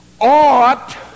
ought